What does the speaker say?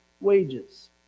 wages